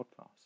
Podcast